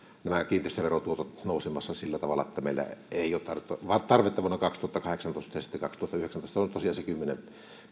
nämä kiinteistöverotuotot ovat nousemassa sillä tavalla että meillä ei ole tarvetta vuonna kaksituhattakahdeksantoista ja sitten kaksituhattayhdeksäntoista tosiaan se kymmenen